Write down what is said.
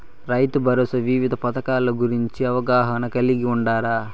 రైతుభరోసా వివిధ పథకాల గురించి అవగాహన కలిగి వుండారా?